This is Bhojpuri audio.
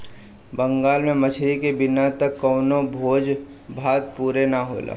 बंगाल में मछरी के बिना त कवनो भोज भात पुरे ना होला